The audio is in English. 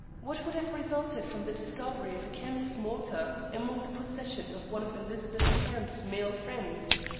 what would have resulted from the discovery of a chemist's mortar among the possessions of one of elizabeth camp's male friends?